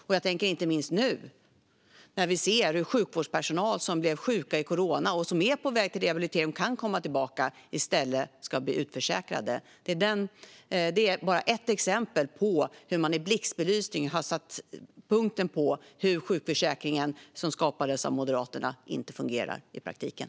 Det gäller inte minst nu, när vi ser hur sjukvårdspersonal som blev sjuka i corona är på väg till rehabilitering och kan komma tillbaka i stället ska bli utförsäkrade. Det är bara ett exempel på hur man i blixtbelysning har visat hur sjukförsäkringen som skapades av Moderaterna inte fungerar i praktiken.